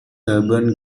urban